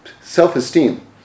self-esteem